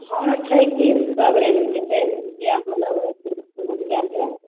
हँ छै की सब रेन्जके छै जे अहाँ लेबै से लए लिअ